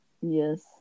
Yes